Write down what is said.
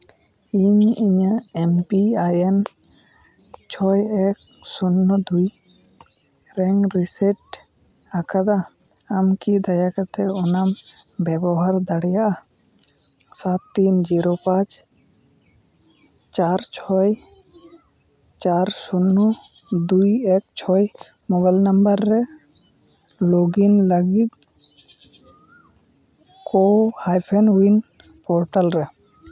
ᱤᱧ ᱤᱧᱟᱹᱜ M P I N ᱪᱷᱚᱭ ᱮᱠ ᱥᱩᱱᱱᱚ ᱫᱩᱭ ᱨᱮᱧ ᱨᱤᱥᱮᱴ ᱟᱠᱟᱫᱟ ᱟᱢ ᱠᱤ ᱫᱟᱭᱟ ᱠᱟᱛᱮᱫ ᱚᱱᱟᱢ ᱵᱮᱵᱚᱦᱟᱨ ᱫᱟᱲᱮᱭᱟᱜᱼᱟ ᱥᱟᱛ ᱛᱤᱱ ᱡᱤᱨᱳ ᱯᱟᱸᱪ ᱪᱟᱨ ᱪᱷᱚᱭ ᱪᱟᱨ ᱥᱩᱱᱱᱚ ᱫᱩᱭ ᱮᱠ ᱪᱷᱚᱭ ᱢᱳᱵᱟᱭᱤᱞ ᱱᱟᱢᱵᱟᱨ ᱨᱮ ᱞᱚᱜᱽ ᱤᱱ ᱞᱟᱹᱜᱤᱫ ᱠᱳ ᱦᱟᱯᱷᱮᱱ ᱩᱭᱤᱱ ᱯᱨᱚᱴᱟᱞ ᱨᱮ